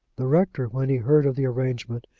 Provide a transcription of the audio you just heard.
the rector, when he heard of the arrangement,